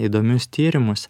įdomius tyrimus